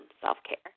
self-care